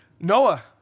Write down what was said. Noah